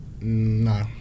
No